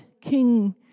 King